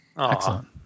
Excellent